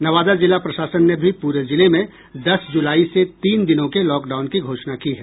नवादा जिला प्रशासन ने भी पूरे जिले में दस जुलाई से तीन दिनों के लॉकडाउन की घोषणा की है